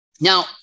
Now